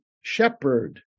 shepherd